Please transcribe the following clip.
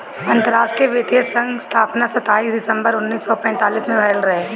अंतरराष्ट्रीय वित्तीय संघ स्थापना सताईस दिसंबर उन्नीस सौ पैतालीस में भयल रहे